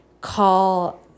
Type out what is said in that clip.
call